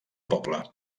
poble